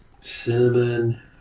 cinnamon